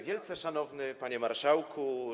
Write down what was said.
Wielce Szanowny Panie Marszałku!